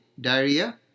diarrhea